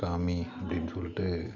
காமி அப்படினு சொல்லிட்டு